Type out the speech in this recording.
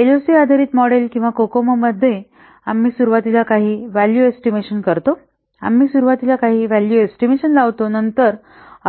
LOC आधारित model किंवा COCOMO मध्ये आम्ही सुरुवातीला काही मूल्य एस्टिमेशन करतो आम्ही सुरुवातीला काही मूल्य एस्टिमेशन लावतो नंतर